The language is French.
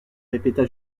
répéta